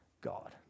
God